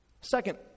Second